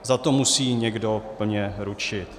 Za to musí někdo plně ručit.